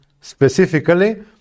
specifically